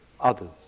others